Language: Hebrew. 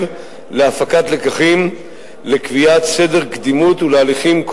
להפקת לקחים לקביעת סדר קדימות ולהליכים,